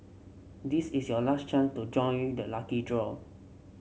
this is your last chance to join the lucky draw